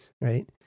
Right